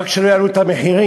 רק שלא יעלו את המחירים.